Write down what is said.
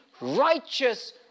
righteous